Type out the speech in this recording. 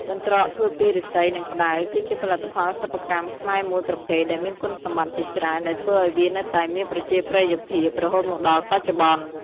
កន្ត្រកធ្វើពីឫស្សី និងផ្តៅ គឺជាផលិតផលសិប្បកម្មខ្មែរមួយប្រភេទដែលមានគុណសម្បត្តិជាច្រើន ដែលធ្វើឲ្យវានៅតែមានប្រជាប្រិយភាពរហូតមកដល់បច្ចុប្បន្ន។